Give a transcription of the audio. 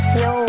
yo